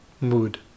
mood